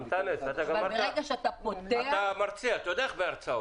ברגע שאתה פותח,